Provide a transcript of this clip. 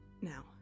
Now